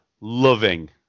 loving